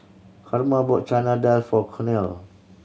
Karma bought Chana Dal for Cornel